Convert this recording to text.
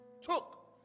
took